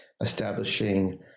establishing